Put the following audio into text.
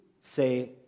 say